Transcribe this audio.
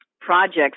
projects